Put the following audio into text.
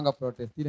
protest